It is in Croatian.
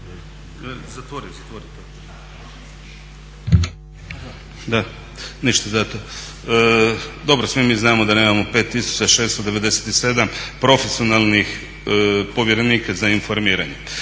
**Kajin, Damir (ID - DI)** Dobro, svi mi znamo da nemamo 5697 profesionalnih povjerenika za informiranje.